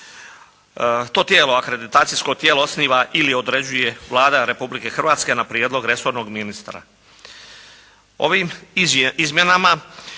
To tijelo, akreditacijsko tijelo osniva ili određuje Vlada Republike Hrvatske na prijedlog resornog ministra.